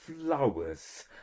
flowers